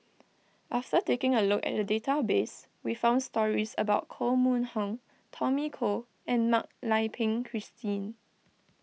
after taking a look at the database we found stories about Koh Mun Hong Tommy Koh and Mak Lai Peng Christine